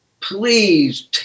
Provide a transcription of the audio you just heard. please